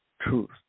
truth